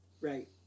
Right